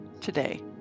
today